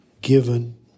given